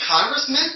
congressman